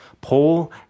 Paul